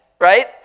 right